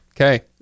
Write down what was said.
Okay